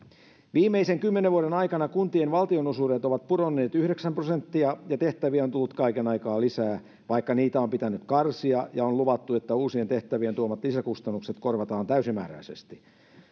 viimeisen kymmenen vuoden aikana kuntien valtionosuudet ovat pudonneet yhdeksän prosenttia ja tehtäviä on tullut kaiken aikaa lisää vaikka niitä on pitänyt karsia ja on luvattu että uusien tehtävien tuomat lisäkustannukset korvataan täysimääräisesti